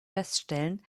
feststellen